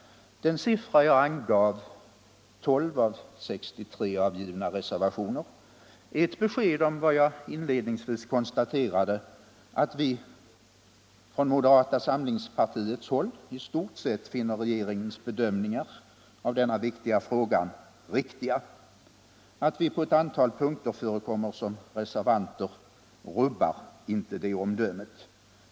Den siffra jag angav — 12 av 63 avgivna reservationer — är ett besked om vad jag inledningsvis konstaterade, nämligen att vi i moderata samlingspartiet i stort sett finner regeringens bedömningar av denna viktiga fråga riktiga. Alt vi på ett antal punkter förekommer som reservanter rubbar inte det omdömet.